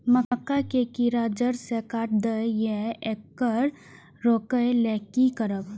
मक्का के कीरा जड़ से काट देय ईय येकर रोके लेल की करब?